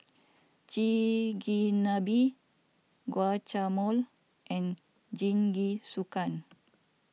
Chigenabe Guacamole and Jingisukan